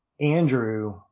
andrew